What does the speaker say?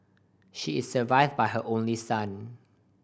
she is survived by her only son